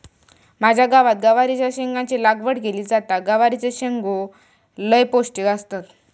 माझ्या गावात गवारीच्या शेंगाची लागवड केली जाता, गवारीचे शेंगो लय पौष्टिक असतत